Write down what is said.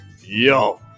Yo